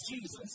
Jesus